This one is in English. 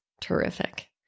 Terrific